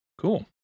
Cool